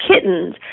kittens